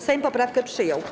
Sejm poprawkę przyjął.